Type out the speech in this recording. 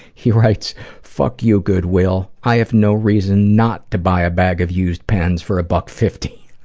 he writes fuck you, goodwill. i have no reason not to buy a bag of used pens for a buck-fifty.